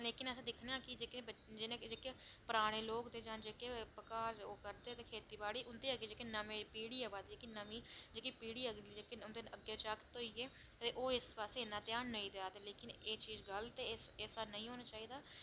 ते अस दिक्खने आं कि जेह्के पराने लोक जां पगारलोक करदे हे खेती की उंदी जेह्की नमीं पीढ़ी आवा दी जेह्के नमें अग्गें जागत् होइये ओह् इस पास्सै इन्ना ध्यान नेईं देआ दे पर एह् चीज़ गलत ऐ ते ऐसा नेईं होना चाहिदा